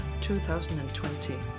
2020